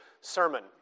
sermon